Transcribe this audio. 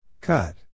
Cut